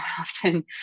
often